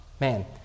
Man